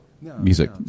music